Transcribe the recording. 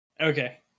Okay